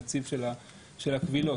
נציב הקבילות.